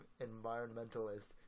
environmentalist